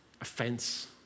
offense